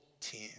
ten